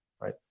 right